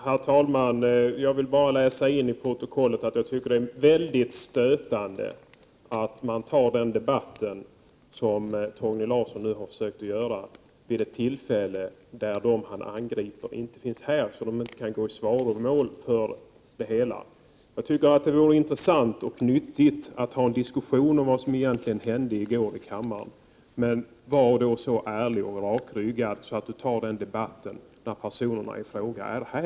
Herr talman! Jag vill bara få till protokollet antecknat att jag tycker att det är väldigt stötande att man tar upp den diskussion som Torgny Larsson nyss försökte att få i gång vid ett tillfälle, då de som han angriper inte är närvarande och kan gå i svaromål. Det vore intressant och nyttigt att ha en diskussion om vad som egentligen hände i kammaren i går, men, Torgny Larsson, var då ärlig och rakryggad och ta upp detta till debatt när personerna i fråga är här.